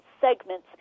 segments